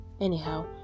Anyhow